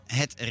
het